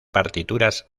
partituras